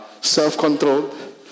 self-controlled